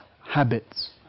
habits